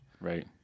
Right